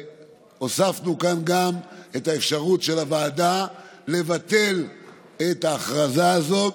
והוספנו כאן גם את האפשרות של הוועדה לבטל את ההכרזה הזו,